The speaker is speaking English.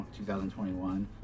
2021